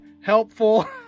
helpful